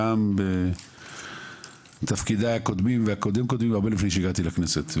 גם בתפקידיי הקודמים והרבה לפני שהגעתי לכנסת.